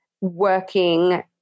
working